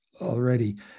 already